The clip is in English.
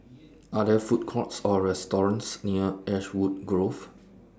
Are There Food Courts Or restaurants near Ashwood Grove